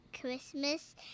Christmas